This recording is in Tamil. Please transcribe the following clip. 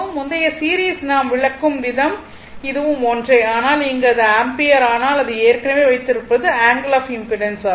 முந்தைய சீரிஸை நாம் விளக்கும் விதமும் இதுவும் ஒன்றே ஆனால் இங்கு அது ஆம்பியர் ஆனால் அது ஏற்கனவே வைத்திருப்பது ஆங்கிள் ஆப் இம்பிடன்ஸ் ஆகும்